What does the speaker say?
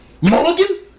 Mulligan